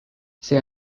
see